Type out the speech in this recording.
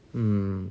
mm